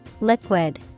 Liquid